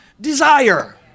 desire